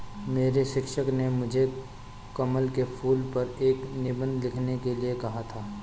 मेरे शिक्षक ने मुझे कमल के फूल पर एक निबंध लिखने के लिए कहा था